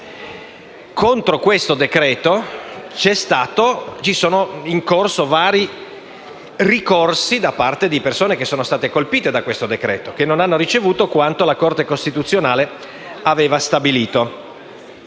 Contro questo decreto-legge sono stati presentati vari ricorsi da parte di persone che sono state colpite da tale provvedimento e che non hanno ricevuto quanto la Corte costituzionale aveva stabilito.